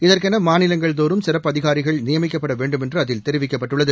இதற்கென மாநிலங்கள் தோறும் சிறப்பு அதிகாரிகள் நியமிக்கப்பட வேண்டுமென்று அதில் தெரிவிக்கப்பட்டுள்ளது